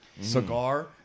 cigar